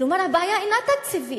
כלומר, הבעיה אינה תקציבית.